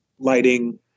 lighting